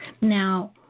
Now